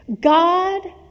God